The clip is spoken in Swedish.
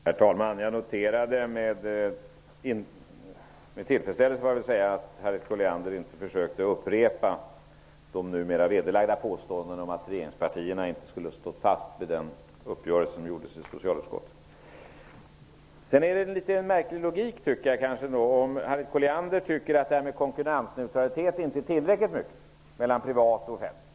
Herr talman! Jag noterade med tillfredsställelse att Harriet Colliander inte försökte upprepa de numera vederlagda påståendena om att regeringspartierna inte skulle stå fast vid den uppgörelse som träffades i socialutskottet. Det är litet märklig logik när Harriet Colliander tycker att det inte är tillräckligt mycket konkurrensneutralitet mellan privat och offentlig sektor.